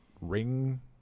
ring